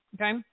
Okay